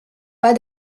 pas